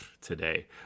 today